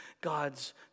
God's